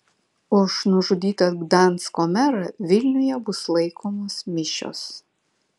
už nužudytą gdansko merą vilniuje bus laikomos mišios